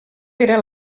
era